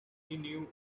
knew